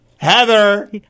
Heather